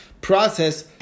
process